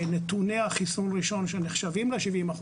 שנתוני החיסון הראשון שנחשבים ל-70%,